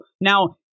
now